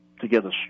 together